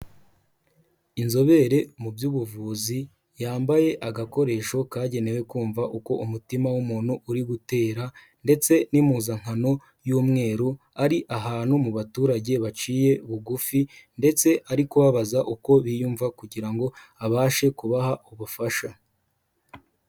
Inzobere mu by'ubuvuzi yambaye agakoresho kagenewe kumva uko umutima w'umuntu uri gutera ndetse n'impuzankano y'umweru ari ahantu mu baturage baciye bugufi ndetse ari kubabaza uko biyumva kugira ngo abashe kubaha ubufasha.